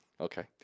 Okay